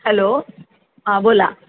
hello हां बोला